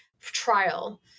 trial